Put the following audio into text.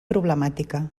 problemàtica